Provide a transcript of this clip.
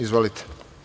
Izvolite.